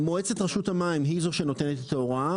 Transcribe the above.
מועצת רשות המים היא זו שנותנת את ההוראה,